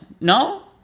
No